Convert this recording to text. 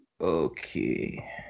Okay